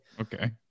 Okay